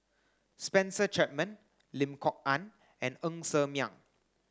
Spencer Chapman Lim Kok Ann and Ng Ser Miang